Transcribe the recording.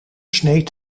sneed